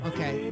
Okay